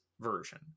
version